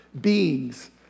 beings